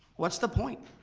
what's the point?